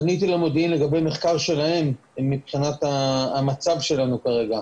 פניתי למודיעין לקבל מחקר שלהם על המצב שלנו כרגע,